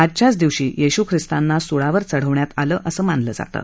आजच्याच दिवशी येशू ख्रिस्तांना सुळावर चढवण्यात आलं असं मानलं जातं